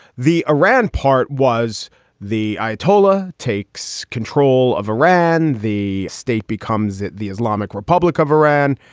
the iran part was the ayatollah takes control of iran. the state becomes the islamic republic of iran.